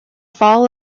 fall